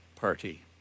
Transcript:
party